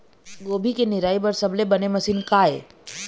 गोभी के निराई बर सबले बने मशीन का ये?